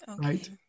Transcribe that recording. Right